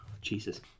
Jesus